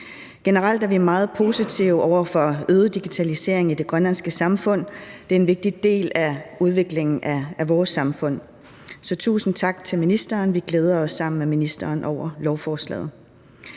Generelt er vi meget positive over for øget digitalisering i det grønlandske samfund. Det er en vigtig del af udviklingen af vores samfund. Så tusind tak til ministeren. Vi glæder os sammen med ministeren over lovforslaget.